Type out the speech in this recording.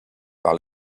par